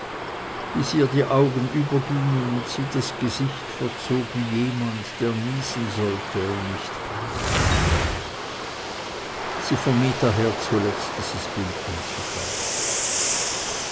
bis ihr die augen übergingen und sie das gesicht verzog wie jemand der niesen sollte und nicht kann sie vermied daher zuletzt dieses bild anzuschauen